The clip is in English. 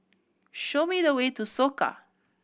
show me the way to Soka